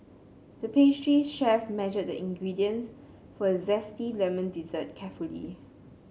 the pastry chef measured the ingredients for a zesty lemon dessert carefully